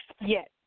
yes